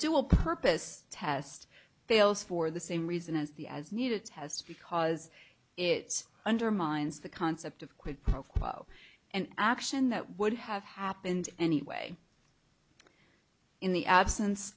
dual purpose test fails for the same reason as the as needed has to because it's undermines the concept of quid pro quo and action that would have happened anyway in the absence